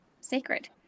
sacred